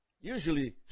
usually